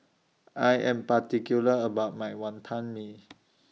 I Am particular about My Wonton Mee